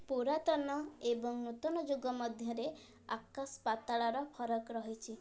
ପୁରାତନ ଏବଂ ନୂତନ ଯୁଗ ମଧ୍ୟରେ ଆକାଶ ପାତାଳାର ଫରକ ରହିଛି